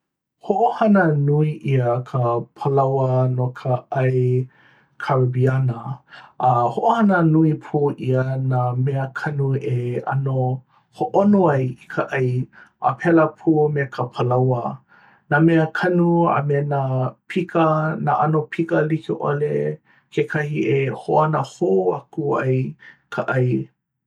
hoʻohana nui ʻia ka palaoa no ka ʻai karebiana a hoʻohana nui pū ʻia nā mea kanu e ʻano hoʻōno ai i ka ʻai a pēlā pū me ka palaoa nā mea kanu a me nā pika nā ʻano pika like ʻole kekahi e hoʻōno hou aku ai ka ʻai